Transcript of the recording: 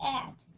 add